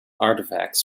artefacts